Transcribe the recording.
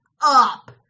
up